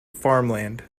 farmland